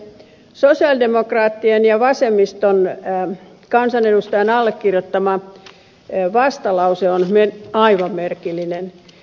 sosialidemokraattien ja vasemmiston kansanedustajan allekirjoittama vastalause on aivan merkillinen